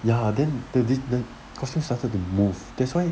ya then the dis the costume started to move that's why